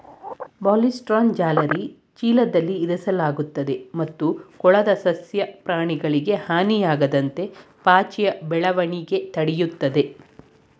ಬಾರ್ಲಿಸ್ಟ್ರಾನ ಜಾಲರಿ ಚೀಲದಲ್ಲಿ ಇರಿಸಲಾಗ್ತದೆ ಮತ್ತು ಕೊಳದ ಸಸ್ಯ ಪ್ರಾಣಿಗಳಿಗೆ ಹಾನಿಯಾಗದಂತೆ ಪಾಚಿಯ ಬೆಳವಣಿಗೆ ತಡಿತದೆ